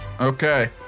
Okay